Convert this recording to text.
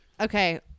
Okay